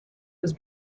was